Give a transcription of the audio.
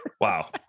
wow